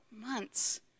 months